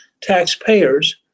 taxpayers